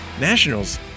Nationals